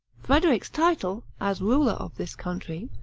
frederic's title, as ruler of this country,